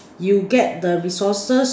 you get the resources